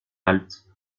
halte